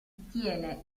tiene